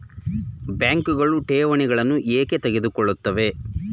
ಬ್ಯಾಂಕುಗಳು ಠೇವಣಿಗಳನ್ನು ಏಕೆ ತೆಗೆದುಕೊಳ್ಳುತ್ತವೆ?